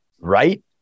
Right